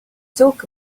took